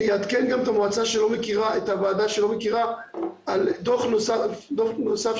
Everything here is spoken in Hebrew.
אני אעדכן את הוועדה שלא מכירה על דוח נוסף ששלחתי